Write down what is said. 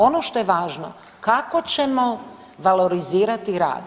Ono što je važno kako ćemo valorizirati rad.